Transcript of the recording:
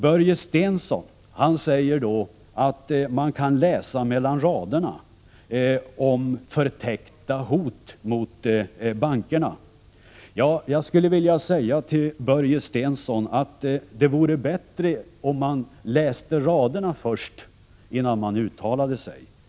Börje Stensson säger att man kan läsa mellan raderna om förtäckta hot mot bankerna. Jag skulle vilja säga till Börje Stensson att det vore bättre om man läste raderna först, innan man uttalade sig.